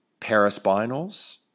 paraspinals